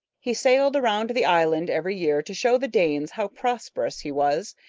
he sailed around the island every year to show the danes how prosperous he was,